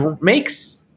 makes